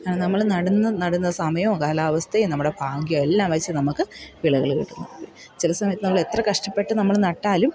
കാരണം നമ്മൾ നടന്ന നടുന്ന സമയവും കാലാവസ്ഥയും നമ്മുടെ ഭാഗ്യവുമെല്ലാം വെച്ച് നമുക്ക് വിളകൾ കിട്ടുന്നു ചില സമയത്ത് നമ്മളെത്ര കഷ്ടപ്പെട്ട് നമ്മൾ നട്ടാലും